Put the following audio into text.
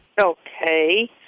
Okay